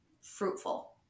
fruitful